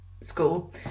school